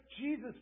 Jesus